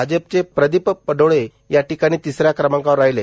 भाजपाचे प्रदीप पडोळे या ठिकाणी तिसऱ्या क्रमांकावर राहिले